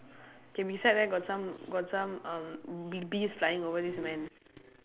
K beside there got some got some um be~ bees lying over this man